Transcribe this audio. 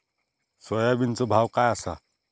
सोयाबीनचो भाव काय आसा?